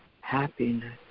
happiness